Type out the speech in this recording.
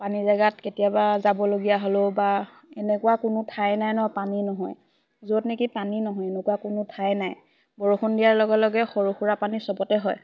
পানী জেগাত কেতিয়াবা যাবলগীয়া হ'লেও বা এনেকুৱা কোনো ঠাই নাই ন পানী নহয় য'ত নেকি পানী নহয় এনেকুৱা কোনো ঠাই নাই বৰষুণ দিয়াৰ লগে লগে সৰু সুৰা পানী সবতে হয়